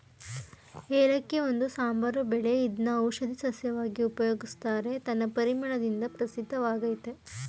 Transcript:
ಏಲಕ್ಕಿ ಒಂದು ಸಾಂಬಾರು ಬೆಳೆ ಇದ್ನ ಔಷಧೀ ಸಸ್ಯವಾಗಿ ಉಪಯೋಗಿಸ್ತಾರೆ ತನ್ನ ಪರಿಮಳದಿಂದ ಪ್ರಸಿದ್ಧವಾಗಯ್ತೆ